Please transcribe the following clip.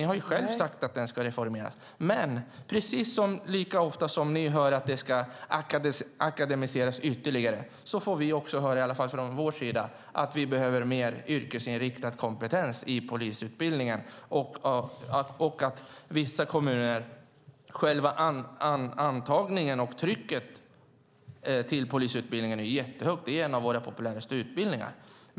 Ni har själva, Lena Olsson, sagt att den ska reformeras. Lika ofta som ni hör att den ska akademiseras ytterligare får vi höra att vi behöver mer yrkesinriktad kompetens i polisutbildningen. Antagningstrycket till polisutbildningen är jättehögt. Det är en av våra populäraste utbildningar.